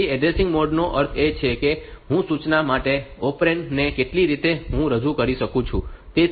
તેથી addressing modes નો અર્થ એ છે કે હું સૂચના માટે ઓપરેન્ડ ને કેટલી રીતે હું રજૂ કરી શકું છું